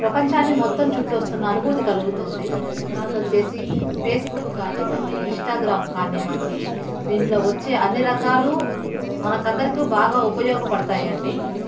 ప్రపంచాన్ని మొత్తం చుట్టి వస్తున్న అనుభూతి కలుగుతుంది తరువాత వచ్చేసి ఫేస్బుక్ కానివ్వండి ఇన్స్టాగ్రామ్ కానివ్వండి దీంట్లో వచ్చే అన్ని రకాలు మనకు అందరికీ బాగా ఉపయోగపడతాయి అండి